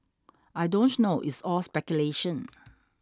I don't know it's all speculation